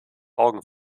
augen